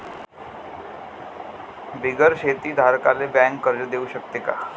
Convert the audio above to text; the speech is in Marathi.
बिगर शेती धारकाले बँक कर्ज देऊ शकते का?